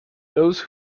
those